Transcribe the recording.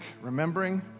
remembering